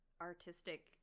artistic